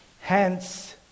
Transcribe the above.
Hence